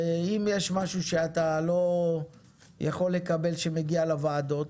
ואם יש משהו שאתה לא יכול לקבל שמגיע לוועדות,